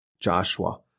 Joshua